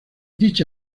dicha